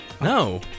No